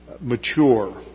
mature